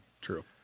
True